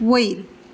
वयर